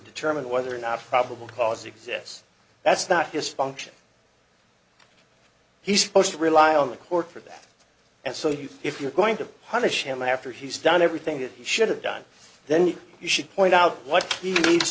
determine whether or not probable cause exists that's not his function he's supposed to rely on the court for that and so you if you're going to punish him after he's done everything it should have done then you should point out what he needs